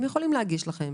הם יכולים להגיש לכם